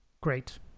great